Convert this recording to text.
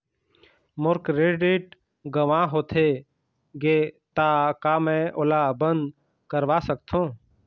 मोर credit गंवा होथे गे ता का मैं ओला बंद करवा सकथों?